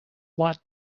watt